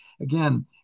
Again